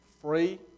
free